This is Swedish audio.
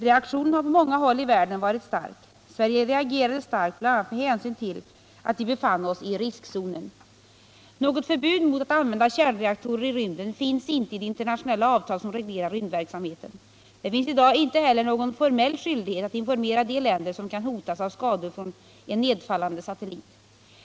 Reaktionen har på många håll i världen varit stark. Sverige reagerade starkt bl.a. med hänsyn till att vi befann oss i riskzonen. Något förbud mot att använda kärnreaktorer i rymden finns inte i de internationella avtal som reglerar rymdverksamheten. Det finns i dag inte heller någon formell skyldighet att informera de länder som kan hotas av skador från en nedfallande satellit.